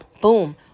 Boom